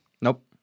Nope